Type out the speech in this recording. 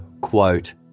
quote